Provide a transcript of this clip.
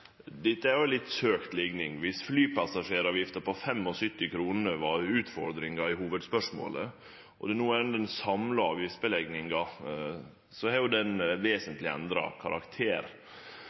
Dette er ei litt søkt likning. Dersom flypassasjeravgifta på 75 kr var utfordringa i hovudspørsmålet, og det no er den samla avgiftslegginga, har ho jo vesentleg endra karakter.